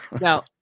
Now